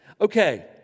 Okay